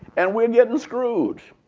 and we're getting screwed.